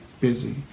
busy